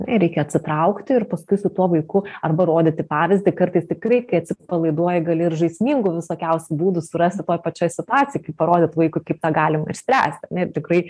reikia atsitraukti ir paskui su tuo vaiku arba rodyti pavyzdį kartais tikrai kai atsipalaiduoji gali ir žaismingų visokiausių būdų surasti toj pačioj situacijoj kaip parodyt vaikui kaip tą galima išspręst nes tikrai